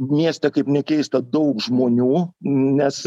mieste kaip nekeista daug žmonių nes